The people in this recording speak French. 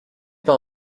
pas